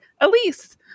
Elise